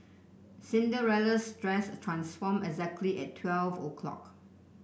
Cinderella's dress transformed exactly at twelve o'clock